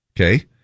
Okay